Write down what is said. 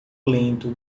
lento